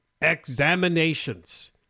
examinations